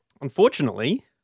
unfortunately